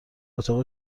اتاق